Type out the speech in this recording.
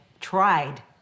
tried